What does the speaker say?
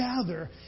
gather